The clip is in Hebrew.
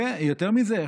יותר מזה,